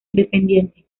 independiente